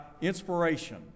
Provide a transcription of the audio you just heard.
inspiration